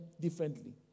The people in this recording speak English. differently